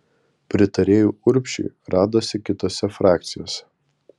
pritarėjų urbšiui radosi kitose frakcijose